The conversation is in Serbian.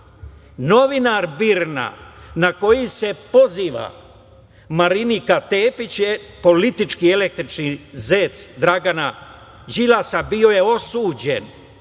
Novinar BIRN-a, na koji se poziva Marinika Tepić, politički električni zec Dragana Đilasa, bio je osuđen